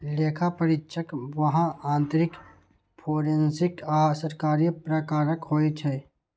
लेखा परीक्षक बाह्य, आंतरिक, फोरेंसिक आ सरकारी प्रकारक होइ छै